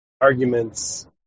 arguments